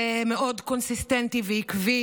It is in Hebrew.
זה מאוד קונסיסטנטי ועקבי